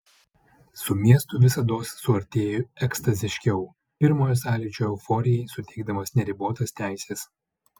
su miestu visados suartėju ekstaziškiau pirmojo sąlyčio euforijai suteikdamas neribotas teises